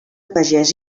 pagès